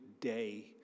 day